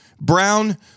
Brown